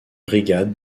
brigade